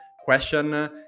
question